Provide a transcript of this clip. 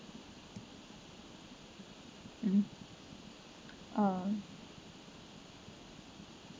mm uh